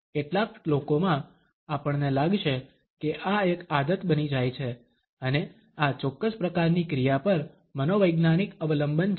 કેટલાક લોકોમાં આપણને લાગશે કે આ એક આદત બની જાય છે અને આ ચોક્કસ પ્રકારની ક્રિયા પર મનોવૈજ્ઞાનિક અવલંબન છે